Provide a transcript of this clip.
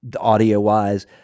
audio-wise